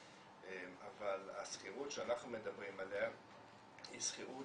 אבל השכירות שאנחנו מדברים עליה היא שכירות